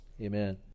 Amen